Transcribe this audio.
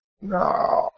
No